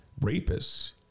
rapists